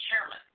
Chairman